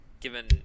given